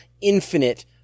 infinite